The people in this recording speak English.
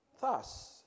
Thus